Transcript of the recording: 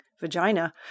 vagina